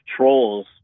trolls